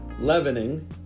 leavening